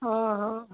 ଓହୋ